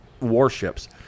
warships